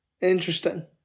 Interesting